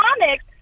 comics